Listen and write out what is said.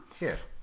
Yes